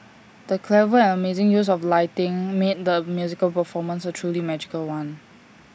the clever and amazing use of lighting made the musical performance A truly magical one